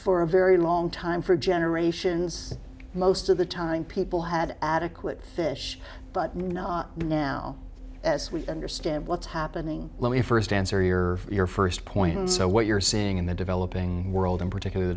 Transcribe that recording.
for a very long time for generations most of the time people had adequate fish but not now as we understand what's happening let me first answer your your first point and so what you're seeing in the developing world in particular the